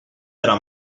era